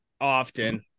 often